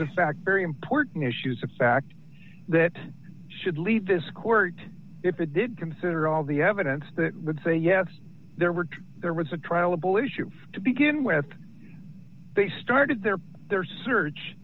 of fact very important issues of fact that should leave this court if they did consider all the evidence that would say yes there were there was a trial a bullish move to begin with they started their their search